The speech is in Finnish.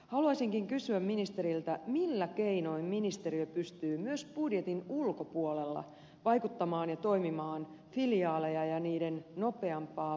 haluaisinkin kysyä ministeriltä millä keinoin ministeriö pystyy myös budjetin ulkopuolella vaikuttamaan ja toimimaan filiaaleja ja niiden nopeampaa valmistumista tukien